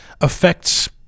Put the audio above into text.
affects